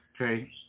Okay